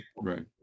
right